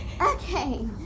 Okay